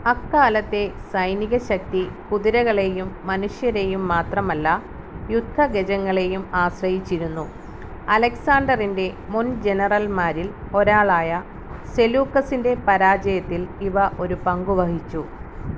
അക്കാലത്തെ സൈനികശക്തി കുതിരകളെയും മനുഷ്യരെയും മാത്രമല്ല യുദ്ധഗജങ്ങളെയും ആശ്രയിച്ചിരുന്നു അലക്സാണ്ടറിന്റെ മുൻ ജനറൽമാരിൽ ഒരാളായ സെലൂക്കസിന്റെ പരാജയത്തിൽ ഇവ ഒരു പങ്കുവഹിച്ചു